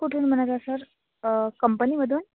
कुठून म्हणाला सर कंपनीमधून